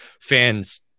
fans